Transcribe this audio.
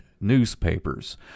newspapers